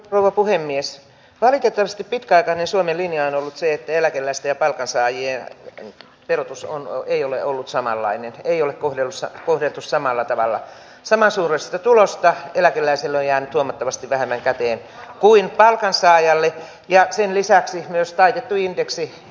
rouva puhemies valitettavasti pitkäaikainen suomen linja on se että eläkeläisten palkansaajien verotus on ei ole ollut samanlainen ei ole kohdussa kohdeltu samalla tavalla samansuuruista tulosta eläkeläisille ja tuomittavasti vähemmän käteen kuin palkansaajalle ja sen lisäksi myös taitettu indeksi